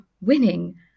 winning